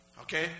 Okay